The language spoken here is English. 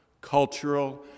cultural